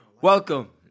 Welcome